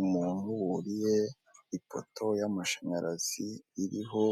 Umuntu wuririye ipoto y'amashanyarazi iriho